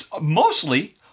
mostly